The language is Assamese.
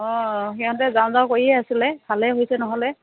অ সিহঁতে যাওঁ যাওঁ কৈয়ে আছিলে ভালে হৈছে নহ'লে